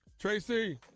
Tracy